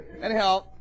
Anyhow